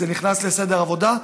זה נכנס לסדר העבודה.